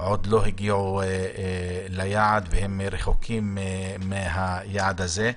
עוד לא הגיעו ליעד והם רחוקים מהיעד הזה.